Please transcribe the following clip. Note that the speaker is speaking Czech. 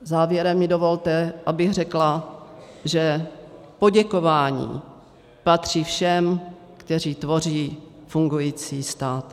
Závěrem mi dovolte, abych řekla, že poděkování patří všem, kteří tvoří fungující stát.